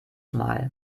mal